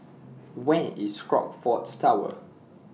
Where IS Crockfords Tower